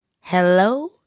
Hello